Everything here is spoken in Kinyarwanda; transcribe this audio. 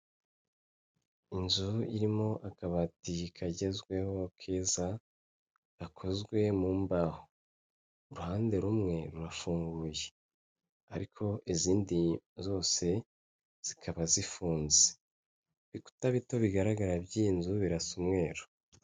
Inzu irimo akabati kagezweho, keza, gakozwe mu mbaho. Uruhande rumwe rurafunguye. Ariko izindi zose zikaba zifunze. Ibikuta bito bigaragara by'iyi nzu birasa umweru.